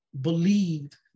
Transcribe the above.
believed